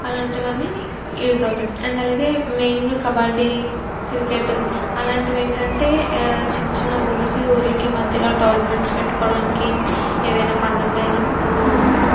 అలాంటివి అన్నీ యూస్ అవుటాయి అండ్ అలాగే మెయిన్గా కబాడ్డీ క్రికెట్ అలాంటివి ఏంటంటే చిన్న చిన్న ఊళ్ళకి ఊళ్ళకి మధ్యలో టోర్నమెంట్స్ పెట్టుకోవడానికి ఏదైనా పండగలు అయినప్పుడు